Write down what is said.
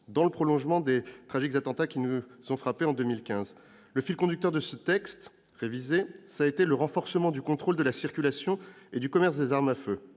dans le prolongement des attentats tragiques qui nous ont frappés en 2015. Le fil conducteur de ce texte révisé a été le renforcement du contrôle de la circulation et du commerce des armes à feu,